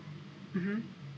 mmhmm